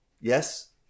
Yes